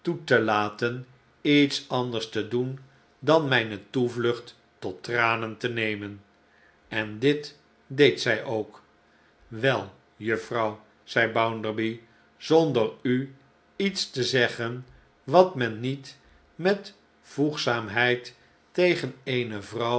te laten iets anders te doen dan mijne toevlucht tot tranen te nemen en dit deed zij ook wel juffrouw zeide bounderby zonder u iets te zeggen wat men niet met voegzaamheid tegen eene vrouw